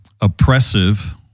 oppressive